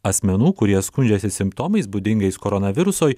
asmenų kurie skundžiasi simptomais būdingais koronavirusui